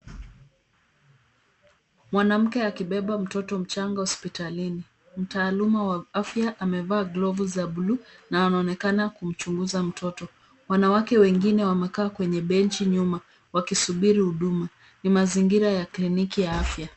Mwanamke akibeba mtoto mchanga hospitalini. Mtaaluma wa afya amevaa glovu za buluu na wanaonekana kumchunguza mtoto. Wanawake wengine wamekaa kwenye benchi nyuma, wakisubiri huduma. Ni mazingira ya kliniki ya afya.